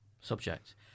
subject